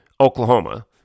Oklahoma